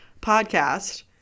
podcast